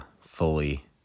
fully